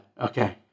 okay